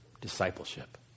discipleship